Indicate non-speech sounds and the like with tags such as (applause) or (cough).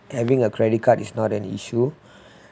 having a credit card is not an issue (breath)